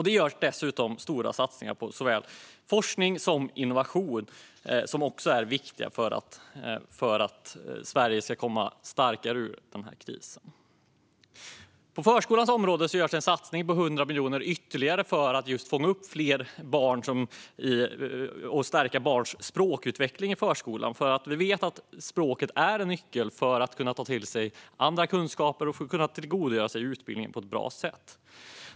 Det görs dessutom stora satsningar på såväl forskning som innovation. Detta är också viktigt för att Sverige ska komma starkare ur den här krisen. På förskolans område görs en satsning på ytterligare 100 miljoner för att fånga upp fler barn och stärka barns språkutveckling i förskolan. Vi vet att språket är en nyckel för att kunna ta till sig andra kunskaper och för att kunna tillgodogöra sig utbildningen på ett bra sätt.